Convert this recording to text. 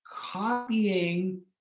copying